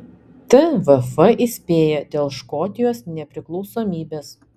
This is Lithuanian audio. tvf įspėja dėl škotijos nepriklausomybės